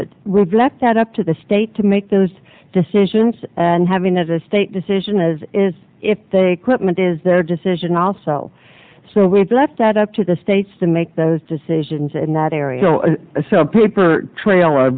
but reflect that up to the state to make those decisions and having as a state decision as is if they quit meant is their decision also so we've left that up to the states to make those decisions and that there is no paper trail